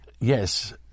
yes